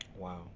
Wow